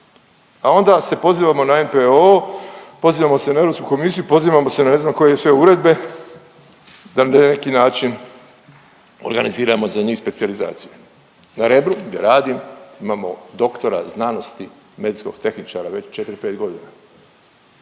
A onda se pozivamo na NPO, pozivamo se na Europsku komisiju, pozivamo se na ne znam koje sve uredbe da na neki način organiziramo za njih specijalizacije. Na Rebru gdje radim imamo doktora znanosti, medicinskog tehničara već 4, 5 godina.